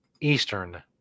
Eastern